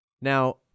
now